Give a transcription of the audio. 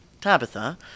Tabitha